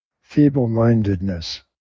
feeble-mindedness